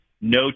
No